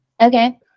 Okay